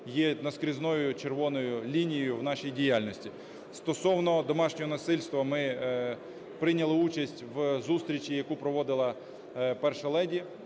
є наскрізною червоною лінією в нашій діяльності. Стосовно домашнього насильства. Ми прийняли участь в зустрічі, які проводила перша леді.